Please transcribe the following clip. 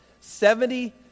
Seventy